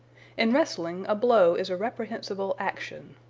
in wrestling, a blow is a reprehensible action.